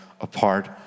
apart